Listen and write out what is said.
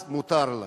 אז מותר לה.